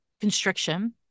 constriction